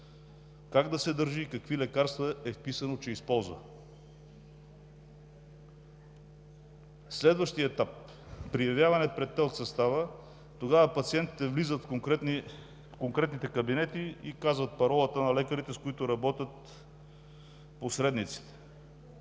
как да се държи и какви лекарства е вписано, че използва. Следващият етап – при явяване пред ТЕЛК състава пациентите влизат в конкретните кабинети и казват паролата на лекарите, с които работят посредниците.